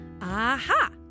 Aha